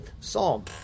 psalm